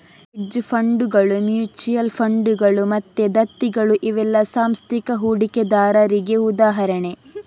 hedge ಫಂಡುಗಳು, mutual ಫಂಡುಗಳು ಮತ್ತೆ ದತ್ತಿಗಳು ಇವೆಲ್ಲ ಸಾಂಸ್ಥಿಕ ಹೂಡಿಕೆದಾರರಿಗೆ ಉದಾಹರಣೆ